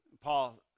Paul